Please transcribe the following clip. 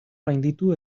gainditu